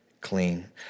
clean